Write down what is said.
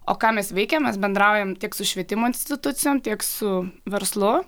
o ką mes veikiam mes bendraujam tiek su švietimo institucijom tiek su verslu